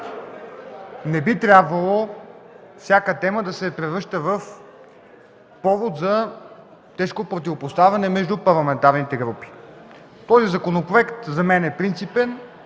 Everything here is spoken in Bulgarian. Не би трябвало всяка тема да се превръща в повод за тежко противопоставяне между парламентарните групи. Този законопроект за мен е принципен